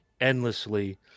endlessly